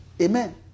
Amen